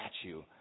statue